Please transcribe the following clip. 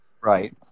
right